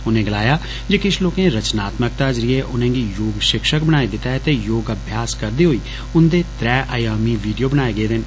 उनें गलाया जे किष लोकें रचनात्मक्ता जरिये उनेंगी योग षिक्षक बनाई दिता ऐ ते योगाभ्यास करदे होई उन्दे त्रै आयामी वीडियो बनाए देन